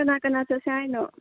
ꯀꯅꯥ ꯀꯅꯥ ꯆꯠꯁꯦ ꯍꯥꯏꯅꯣ